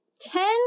ten